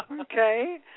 Okay